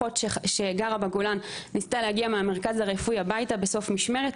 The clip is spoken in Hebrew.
אחות שגרה בגולן ניסתה להגיע מהמרכז הרפואי הביתה בסוף משמרת,